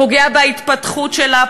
פוגע בהתפתחות שלה,